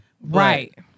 right